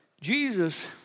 Jesus